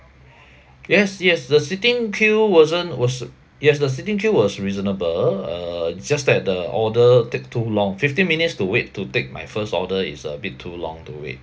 yes yes the sitting queue wasn't was yes the sitting queue was reasonable uh just that the order take too long fifteen minutes to wait to take my first order is a bit too long to wait